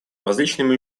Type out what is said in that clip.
различными